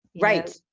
Right